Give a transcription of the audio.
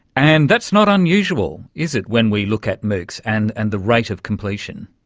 and that's not unusual, is it, when we look at moocs and and the rate of completion.